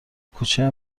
کوچه